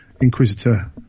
Inquisitor